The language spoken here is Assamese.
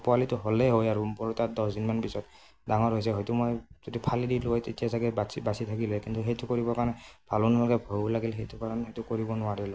পোৱালিটো হ'লেই হয় আৰু তাত দহ দিনমান পিছত ডাঙৰ হৈছে হয়তো মই যদি ফালি দিলোঁ হয় তেতিয়া চাগে বাচি বাচি থাকিলে কিন্তু সেইটো কৰিবৰ কাৰণে ভালো নালাগিল ভয়ও লাগিল সেইটো কাৰণে সেইটো কৰিব নোৱাৰিলো